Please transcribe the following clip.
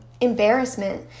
embarrassment